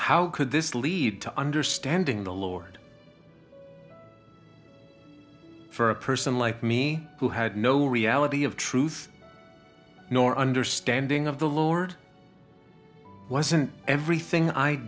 how could this lead to understanding the lord for a person like me who had no reality of truth nor understanding of the lord wasn't everything i